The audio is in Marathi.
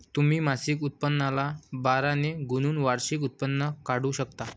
तुम्ही मासिक उत्पन्नाला बारा ने गुणून वार्षिक उत्पन्न काढू शकता